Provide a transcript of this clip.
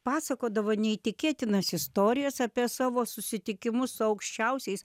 pasakodavo neįtikėtinas istorijas apie savo susitikimus su aukščiausiais